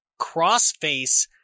crossface